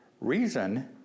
reason